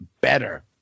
better